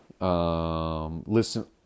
listen